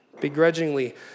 begrudgingly